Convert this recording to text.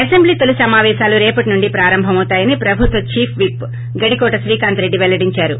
assembly తొలి సమాపేశాలు రేపటి నుంచి ప్రారంభవుమతాయని ప్రభుత్వ చీఫ్విప్ గడికోట శ్రీకాంత్ రెడ్డి పెల్లడించారు